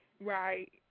Right